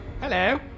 Hello